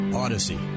Odyssey